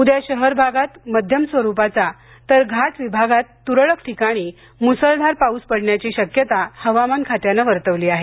उद्या शहर भागात मध्यम स्वरूपाचा तर घाट विभागात तुरळक ठिकाणी मुसळधार पावसाची पडण्याची शक्यता हवामान खात्यानं वर्तवली आहे